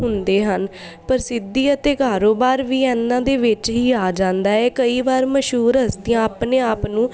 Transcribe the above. ਹੁੰਦੇ ਹਨ ਪ੍ਰਸਿੱਧੀ ਅਤੇ ਕਾਰੋਬਾਰ ਵੀ ਇਹਨਾਂ ਦੇ ਵਿੱਚ ਹੀ ਆ ਜਾਂਦਾ ਹੈ ਕਈ ਵਾਰ ਮਸ਼ਹੂਰ ਹਸਤੀਆਂ ਆਪਣੇ ਆਪ ਨੂੰ